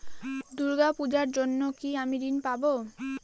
দূর্গা পূজার জন্য কি আমি ঋণ পাবো?